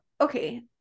Okay